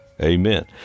Amen